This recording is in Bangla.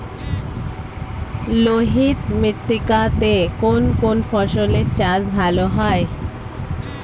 লোহিত মৃত্তিকা তে কোন কোন ফসলের চাষ ভালো হয়?